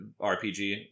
RPG